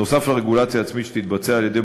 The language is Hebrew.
נוסף על הרגולציה העצמית שתתבצע על-ידי